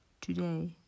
today